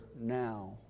now